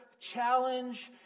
challenge